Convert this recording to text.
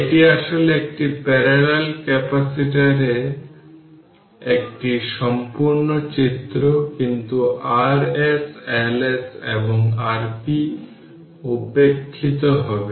এটি আসলে একটি প্যারালাল ক্যাপাসিটরের একটি সম্পূর্ণ চিত্র কিন্তু Rs Ls এবং Rp উপেক্ষিত হবে